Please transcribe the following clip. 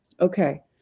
Okay